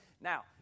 Now